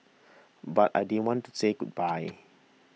but I didn't want to say goodbye